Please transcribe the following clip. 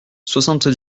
soixante